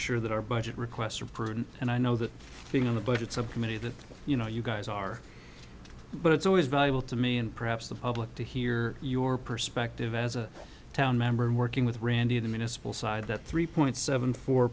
sure that our budget requests are prudent and i know that being on the budget subcommittee that you know you guys are but it's always valuable to me and perhaps the public to hear your perspective as a town member and working with randy of the municipal side at three point seven four